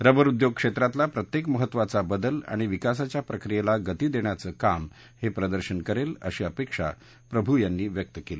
rubber उद्योग क्षेत्रातला प्रत्येक महत्त्वाचा बदल आणि विकासाच्या प्रक्रियेला गती देण्याचं काम हे प्रदर्शन करेल अशी अपेक्षा प्रभू यांनी व्यक्त केली